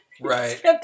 right